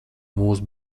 mūsu